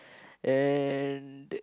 and